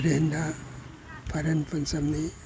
ꯐꯥꯏꯔꯦꯟꯗ ꯐꯥꯏꯔꯦꯟ ꯄꯟꯆꯝꯅꯤ